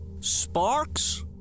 Sparks